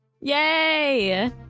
yay